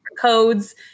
codes